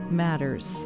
matters